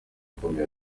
ikomeye